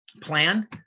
plan